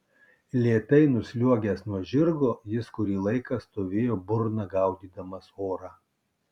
lėtai nusliuogęs nuo žirgo jis kurį laiką stovėjo burna gaudydamas orą